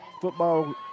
football